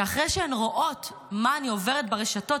שאחרי שהן רואות מה אני עוברת ברשתות,